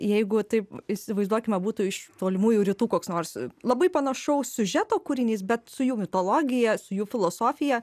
jeigu taip įsivaizduokime būtų iš tolimųjų rytų koks nors labai panašaus siužeto kūrinys bet su jų mitologija su jų filosofija